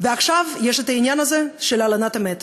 ועכשיו יש העניין הזה של הלנת המת.